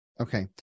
Okay